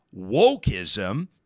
wokeism